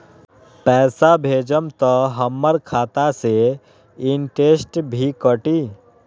पैसा भेजम त हमर खाता से इनटेशट भी कटी?